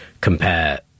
compare